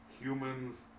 humans